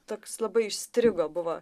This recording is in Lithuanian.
toks labai įstrigo buvo